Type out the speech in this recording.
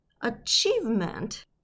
achievement